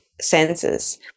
senses